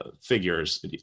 figures